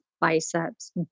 biceps